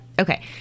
Okay